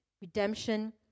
redemption